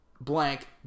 blank